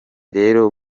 rero